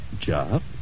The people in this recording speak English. Job